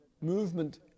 movement